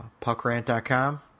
PuckRant.com